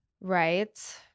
Right